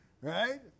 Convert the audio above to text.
right